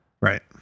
Right